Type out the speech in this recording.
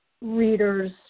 readers